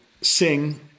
sing